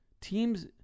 teams